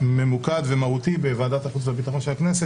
ממוקד ומהותי בוועדת החוץ והביטחון של הכנסת,